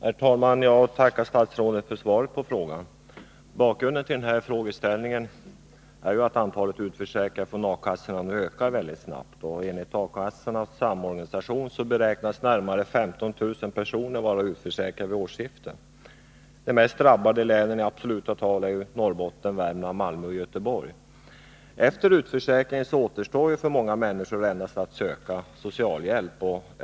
Herr talman! Jag tackar statsrådet för svaret på frågan. Bakgrunden till denna fråga är att antalet utförsäkrade från A-kassorna nu ökar mycket snabbt. Enligt A-kassornas samorganisation beräknas närmare 15 000 personer vara utförsäkrade vid årsskiftet. Mest drabbade i absoluta tal är Norrbotten, Värmland, Malmö och Göteborg. Efter en utförsäkring återstår för många människor endast att söka socialhjälp.